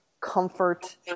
comfort